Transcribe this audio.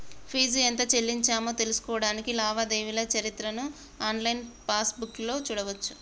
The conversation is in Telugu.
ఫీజు ఎంత చెల్లించామో తెలుసుకోడానికి లావాదేవీల చరిత్రను ఆన్లైన్ పాస్బుక్లో చూడచ్చు